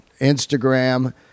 Instagram